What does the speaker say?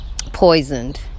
poisoned